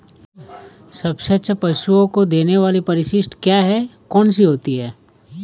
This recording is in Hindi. सबसे अच्छा पशुओं को देने वाली परिशिष्ट क्या है? कौन सी होती है?